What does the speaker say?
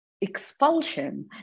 expulsion